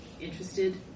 interested